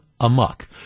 amok